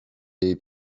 jej